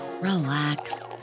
relax